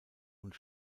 und